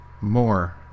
more